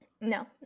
No